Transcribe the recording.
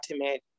ultimate